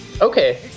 okay